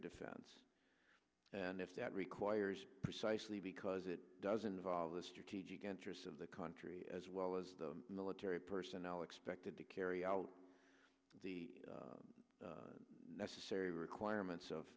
defense and if that requires precisely because it doesn't have all the strategic interests of the country as well as the military personnel expected to carry out the necessary requirements of